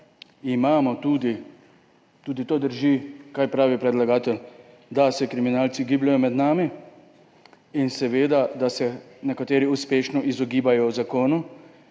imamo tudi, tudi to drži, kar pravi predlagatelj, da se kriminalci gibljejo med nami, in seveda, da se nekateri uspešno izogibajo zakonu.